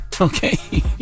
Okay